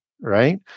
right